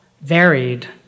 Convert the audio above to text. varied